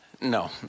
No